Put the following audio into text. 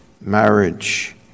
marriage